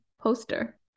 poster